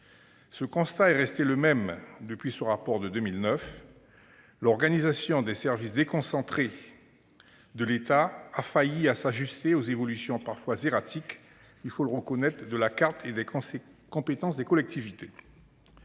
Ce constat est resté le même depuis le rapport de 2009, car l'organisation des services déconcentrés de l'État a failli à s'ajuster aux évolutions- parfois erratiques, il faut le reconnaître -de la carte et des compétences des collectivités.